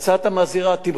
תמחק את זה מהר,